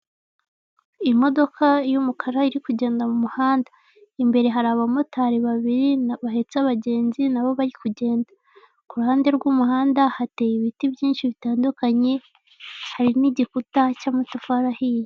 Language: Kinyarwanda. Imodoka y'umukara iri kugenda mu muhanda, imbere hari aba motari babiri, bahetse abagenzi nabo bari kugenda, ku ruhande rw'umuhanda hateye ibiti byinshi bitandukanye, hari n'igikuta cy'amatafari ahiye.